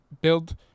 build